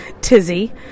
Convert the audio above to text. tizzy